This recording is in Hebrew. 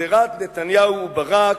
גזירת נתניהו וברק,